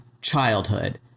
Childhood